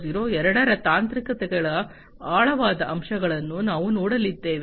0 ಎರಡರ ತಾಂತ್ರಿಕತೆಗಳ ಆಳವಾದ ಅಂಶಗಳನ್ನು ನಾವು ನೋಡಲಿದ್ದೇವೆ